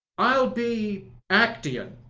i'll be actaeon,